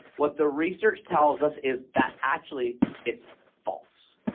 what the research tells us is that actually it's false